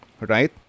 right